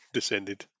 Descended